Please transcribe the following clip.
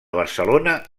barcelona